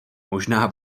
možná